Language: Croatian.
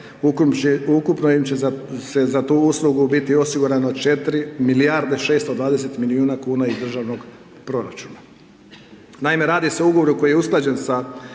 ukupno će im za tu uslugu biti osigurano 4 milijarde 620 milijuna kuna iz državnog proračuna. Naime, radi se o Ugovoru koji je usklađen sa